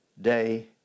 day